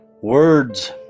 Words